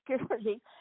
Security